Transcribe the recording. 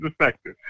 effective